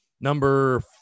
number